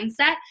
mindset